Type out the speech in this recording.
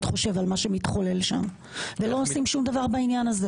חושב על מה שמתחולל שם ולא עושים שום דבר בעניין הזה.